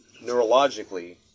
neurologically